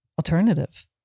Alternative